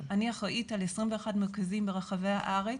אני אחראית על 21 מרכזים ברחבי הארץ,